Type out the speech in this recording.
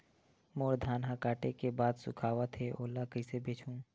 मोर धान ह काटे के बाद सुखावत हे ओला कइसे बेचहु?